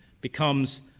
becomes